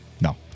no